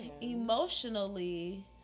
emotionally